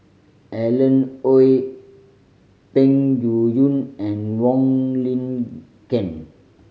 Alan Oei Peng Yuyun and Wong Lin Ken